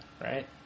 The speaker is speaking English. right